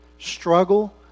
struggle